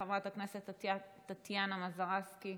חברת הכנסת טטיאנה מזרסקי,